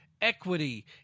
equity